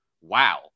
wow